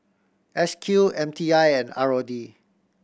S Q M T I and R O D